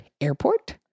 Airport